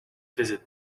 visit